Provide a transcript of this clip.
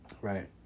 right